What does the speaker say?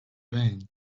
vain